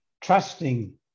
trusting